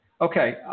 Okay